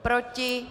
Proti?